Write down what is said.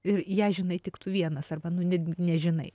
ir ją žinai tik tu vienas arba nu ne nežinai